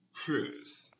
Cruise